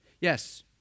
Yes